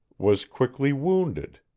was quickly wounded,